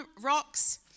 rocks